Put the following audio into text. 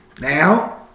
Now